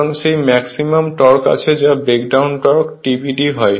সুতরাং সেই maximum torque আছে যা ব্রেকডাউন টর্ক TBD হয়